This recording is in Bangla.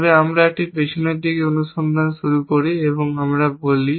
তবে আমি একটি পিছনের দিকে অনুসন্ধান শুরু করি এবং বলি